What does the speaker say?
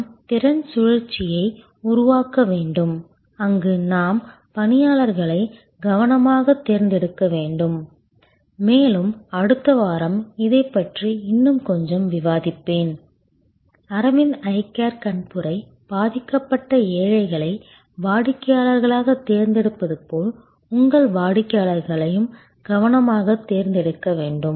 நாம் திறன் சுழற்சியை உருவாக்க வேண்டும் அங்கு நாம் பணியாளர்களை கவனமாக தேர்ந்தெடுக்க வேண்டும் மேலும் அடுத்த வாரம் இதைப் பற்றி இன்னும் கொஞ்சம் விவாதிப்பேன் அரவிந்த் ஐ கேர் கண்புரை பாதிக்கப்பட்ட ஏழைகளை வாடிக்கையாளர்களாக தேர்ந்தெடுப்பது போல் உங்கள் வாடிக்கையாளர்களையும் கவனமாக தேர்ந்தெடுக்க வேண்டும்